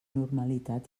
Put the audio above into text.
normalitat